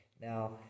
Now